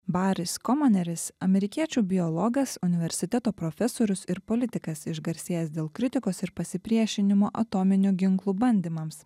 baris komaneris amerikiečių biologas universiteto profesorius ir politikas išgarsėjęs dėl kritikos ir pasipriešinimo atominių ginklų bandymams